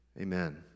Amen